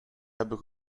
hebben